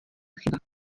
chyba